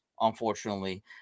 unfortunately